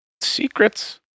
Secrets